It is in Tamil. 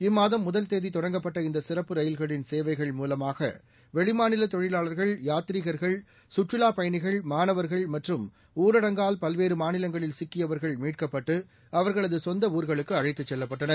இம்மாதம் தேதிதொடங்கப்பட்ட ரயில்களின் முதல் இந்தசிறப்பு சேவைகள் மூலமாகவெளிமாநிலதொழிலாளர்கள் யாத்ரீகர்கள் கற்றுலாப் பயணிகள் மாணவர்கள் மற்றும் ஊரடங்கால் பல்வேறுமாநிலங்களில் சிக்கியவர்கள் மீட்கப்பட்டுஅவர்களதுசொந்தஊர்களுக்குஅழைத்துச் செல்லப்பட்டனர்